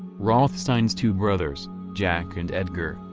rothstein's two brothers, jack and edgar,